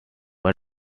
but